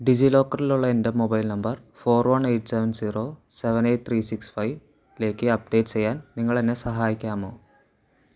ഡിജിലോക്കറിലുള്ള എൻ്റെ mobile number four one eight seven zero seven eight three six five ലേക്ക് update ചെയ്യാൻ നിങ്ങൾക്ക് എന്നെ സഹായിക്കാമോ